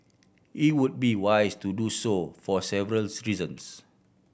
it would be wise to do so for several reasons